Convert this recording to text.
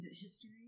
history